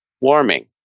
warming